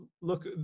look